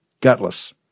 Gutless